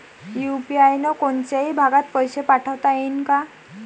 UPI न कोनच्याही भागात पैसे पाठवता येईन का?